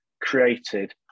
created